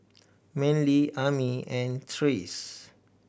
Manley Ami and Trace